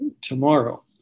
tomorrow